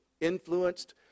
influenced